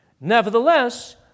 Nevertheless